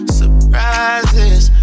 surprises